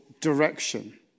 direction